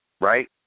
right